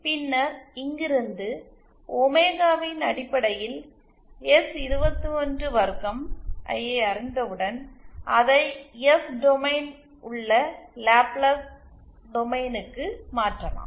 பின்னர் இங்கிருந்து ஒமேகாவின் அடிப்படையில் எஸ்212 ஐ அறிந்தவுடன் அதை எஸ் டொமைன் ல் உள்ள லாப்லேஸ் டொமைன் க்கு மாற்றலாம்